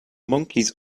monkeys